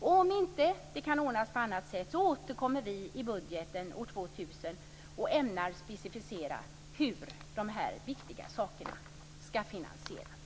Om det inte kan ordnas på annat sätt återkommer vi i budgeten år 2000. Då ämnar vi specificera hur dessa viktiga saker skall finansieras.